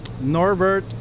Norbert